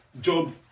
job